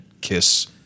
Kiss